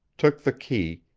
took the key,